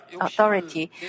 authority